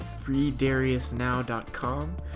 freedariusnow.com